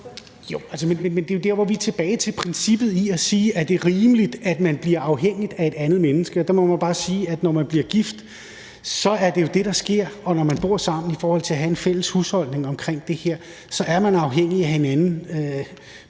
det er jo der, hvor vi er tilbage ved princippet i at sige: Er det rimeligt, at man bliver afhængig af et andet menneske? Og der må man bare sige, at når man bliver gift, så er det jo det, der sker. Og når man bor sammen og har en fælles husholdning, så er man afhængig af hinanden